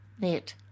net